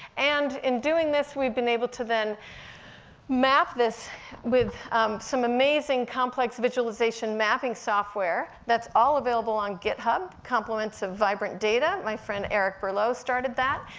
and in doing this, we've been able to then map this with some amazing complex visualization mapping software that's all available on github, compliments of vibrant data. my friend eric berlow started that.